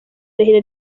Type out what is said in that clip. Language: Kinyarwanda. irahira